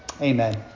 Amen